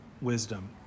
wisdom